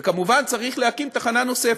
וכמובן, צריך להקים תחנה נוספת.